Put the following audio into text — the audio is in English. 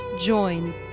join